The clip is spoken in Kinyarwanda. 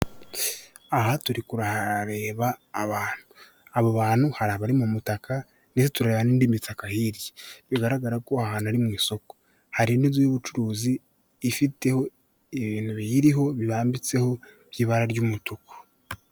Aha turi kuhareba abantu. Abo bantu hari abari mu mutaka, ndetse turareba n'indi mitaka hirya. Bigagara ko aha hantu ari mu i soko. Hari indi nzu y'ubucuruzi ifiteho ibintu biyiriho, bibambitseho by' ibara ry'umutuku.